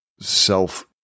self